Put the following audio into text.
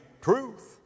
truth